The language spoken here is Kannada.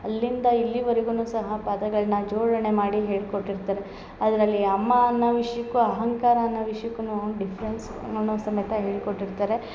ಅಲ್ಲಿಂದ ಇಲ್ಲಿವರಿಗುನು ಸಹ ಪದಗಳನ್ನ ಜೋಡಣೆ ಮಾಡಿ ಹೇಳ್ಕೊಟ್ಟಿರ್ತಾರೆ ಅದರಲ್ಲಿ ಅಮ್ಮ ಅನ್ನ ವಿಷಯಕ್ಕೂ ಅಹಂಕಾರ ಅನ್ನ ವಿಷಯಕ್ಕೂನು ಡಿಫ್ರೆನ್ಸ್ಗಳ್ನು ಸಮೇತ ಹೇಳ್ಕೊಟ್ಟಿರ್ತಾರೆ